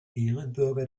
ehrenbürger